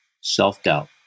self-doubt